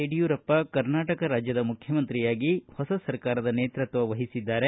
ಯಡಿಯೂರಪ್ಪ ಕರ್ನಾಟಕ ರಾಜ್ಯದ ಮುಖ್ಯಮಂತ್ರಿಯಾಗಿ ಹೊಸ ಸರ್ಕಾರದ ನೇತೃತ್ವ ವಹಿಸಿದ್ದಾರೆ